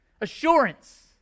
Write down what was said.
Assurance